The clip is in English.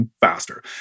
faster